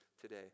today